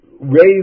raise